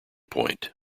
point